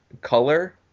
color